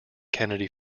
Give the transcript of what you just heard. kennedy